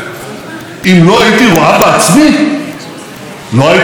"אם לא הייתי רואה בעצמי, לא הייתי מאמינה".